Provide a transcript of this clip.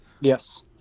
Yes